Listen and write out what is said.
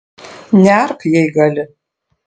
neark jei gali